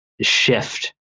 shift